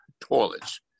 toilets